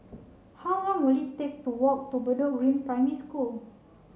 how long will it take to walk to Bedok Green Primary School